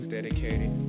dedicated